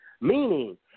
meaning